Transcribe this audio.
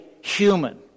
human